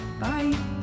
Bye